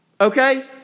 Okay